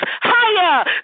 higher